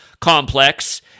complex